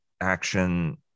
action